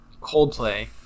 Coldplay